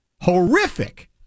horrific